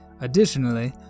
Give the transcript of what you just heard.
Additionally